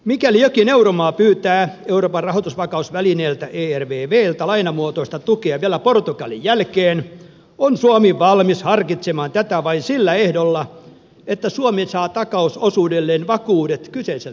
mikäli jokin euromaa pyytää ervvltä lainamuotoista tukea vielä portugalin jälkeen on suomi valmis harkitsemaan tätä vain sillä ehdolla että suomi saa takausosuudelleen vakuudet kyseiseltä maalta